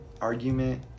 argument